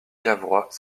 cavrois